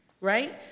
Right